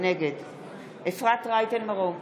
נגד אפרת רייטן מרום,